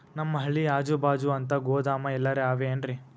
ನಮ್ ಹಳ್ಳಿ ಅಜುಬಾಜು ಅಂತ ಗೋದಾಮ ಎಲ್ಲರೆ ಅವೇನ್ರಿ?